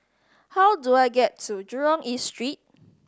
how do I get to Jurong East Street